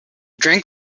drank